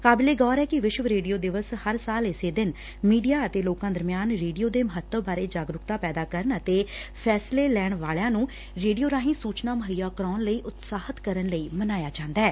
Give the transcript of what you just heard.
ਕਾਬਿਲੇ ਗੌਰ ਐ ਕਿ ਵਿਸ਼ਵ ਰੇਡੀਓ ਦਿਵਸ ਹਰ ਸਾਲ ਇਸੇ ਦਿਨ ਮੀਡੀਆ ਅਤੇ ਲੋਕਾ ਦਰਮਿਆਨ ਰੇਡੀਓ ਦੇ ਮਹੱਤਵ ਬਾਰੇ ਜਾਗਰੁਕਤਾ ਪੈਦਾ ਕਰਨ ਅਤੇ ਫੈਸਲੇ ਲੈਣ ਵਾਲਿਆਂ ਨੂੰ ਰੇਡੀਓ ਰਾਹੀਂ ਸੁਚਨਾ ਮੁਹੱਈਆ ਕਰਾਉਣ ਲਈ ਉਤਸ਼ਾਹਿਤ ਕਰਨ ਲਈ ਮਨਾਇਆ ਜਾਂਦੈ